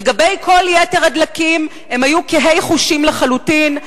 לגבי כל יתר הדלקים הם היו קהי חושים לחלוטין.